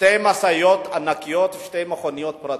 שתי משאיות ענקיות ושתי מכוניות פרטיות.